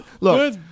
Look